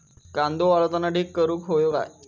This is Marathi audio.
कांदो वाळवताना ढीग करून हवो काय?